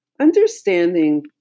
understanding